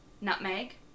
nutmeg